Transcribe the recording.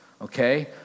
okay